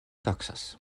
taksas